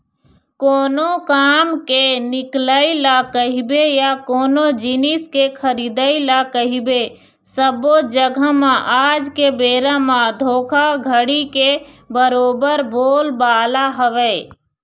कोनो काम के निकलई ल कहिबे या कोनो जिनिस के खरीदई ल कहिबे सब्बो जघा म आज के बेरा म धोखाघड़ी के बरोबर बोलबाला हवय